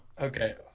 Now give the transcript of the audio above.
Okay